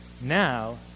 Now